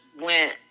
went